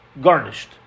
garnished